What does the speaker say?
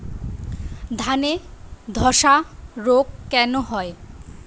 ধানে ধসা রোগ কেন হয়?